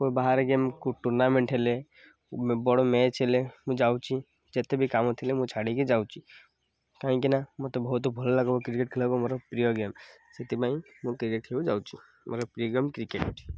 କେଉଁ ବାହାରେ ଗେମ୍ କେଉଁ ଟୁର୍ଣ୍ଣାମେଣ୍ଟ ହେଲେ ବଡ଼ ମ୍ୟାଚ୍ ହେଲେ ମୁଁ ଯାଉଛି ଯେତେ ବି କାମ ଥିଲେ ମୁଁ ଛାଡ଼ିକି ଯାଉଛି କାହିଁକିନା ମୋତେ ବହୁତ ଭଲ ଲାଗିବ କ୍ରିକେଟ୍ ଖେଳିବାକୁ ମୋର ପ୍ରିୟ ଗେମ୍ ସେଥିପାଇଁ ମୁଁ କ୍ରିକେଟ୍ ଖେଳିବାକୁ ଯାଉଛି ମୋର ପ୍ରିୟ ଗେମ୍ କ୍ରିକେଟ୍